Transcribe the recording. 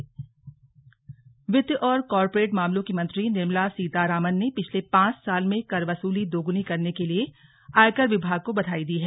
slug वित्त मंत्री वित्त और कॉरपोरेट मामलों की मंत्री निर्मला सीतारामन ने पिछले पांच साल में कर वसूली दोगुनी करने के लिए आयकर विभाग को बधाई दी है